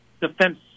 defense